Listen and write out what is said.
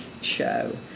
show